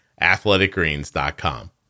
athleticgreens.com